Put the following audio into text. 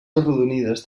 arrodonides